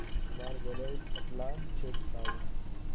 हमार बैलेंस कतला छेबताउ?